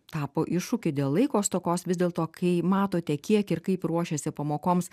tapo iššūkiu dėl laiko stokos vis dėlto kai matote kiek ir kaip ruošiasi pamokoms